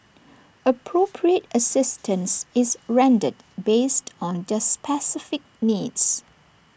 appropriate assistance is rendered based on their specific needs